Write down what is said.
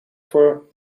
voor